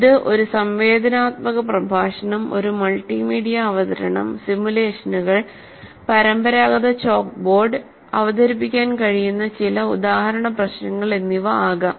ഇത് ഒരു സംവേദനാത്മക പ്രഭാഷണം ഒരു മൾട്ടിമീഡിയ അവതരണം സിമുലേഷനുകൾ പരമ്പരാഗത ചോക്ക് ബോർഡ് അവതരിപ്പിക്കാൻ കഴിയുന്ന ചില ഉദാഹരണ പ്രശ്നങ്ങൾ എന്നിവ ആകാം